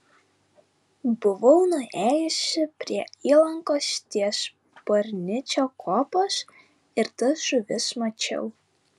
buvau nuėjusi prie įlankos ties parnidžio kopos ir tas žuvis mačiau